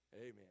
Amen